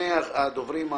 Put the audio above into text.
אל תדאגי.